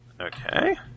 Okay